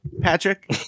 Patrick